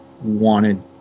wanted